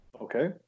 Okay